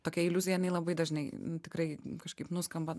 tokia iliuzija jinai labai dažnai tikrai kažkaip nuskamba